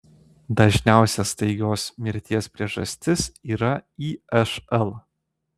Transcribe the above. dažniausia staigios mirties priežastis yra išl